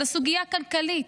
אלא סוגיה כלכלית,